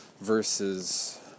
versus